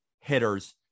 hitters